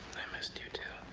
i missed you too.